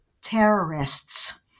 terrorists